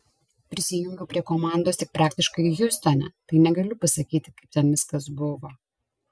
prisijungiau prie komandos tik praktiškai hjustone tai negaliu pasakyti kaip ten viskas buvo